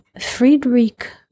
Friedrich